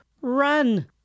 run